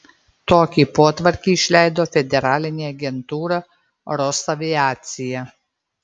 tokį potvarkį išleido federalinė agentūra rosaviacija